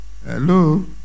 hello